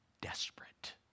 desperate